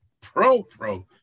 pro-pro